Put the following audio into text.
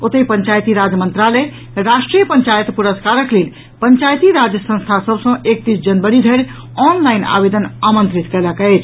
ओतहि पंचायती राज मंत्रालय राष्ट्रीय पंचायत पुरस्कारक लेल पंचायती राज संस्था सभ सँ एकतीस जनवरी धरि ऑनलाईन आवेदन आमंत्रित कयलक अछि